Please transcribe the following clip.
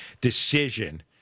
decision